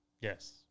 Yes